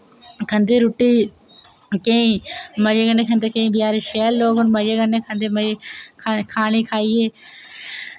खंदे रुट्टी केईं मजे कन्नै खंदे केईं बचैरे शैल लोक न मजे कन्नै खंदे मजे खा खाने खाइयै